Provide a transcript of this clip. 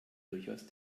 durchaus